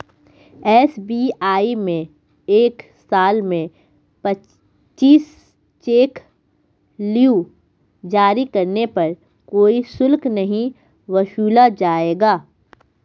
SBI में एक साल में पच्चीस चेक लीव जारी करने पर कोई शुल्क नहीं वसूला जाएगा